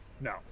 No